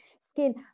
skin